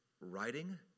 writing